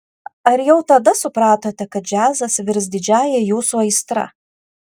ar jau tada supratote kad džiazas virs didžiąja jūsų aistra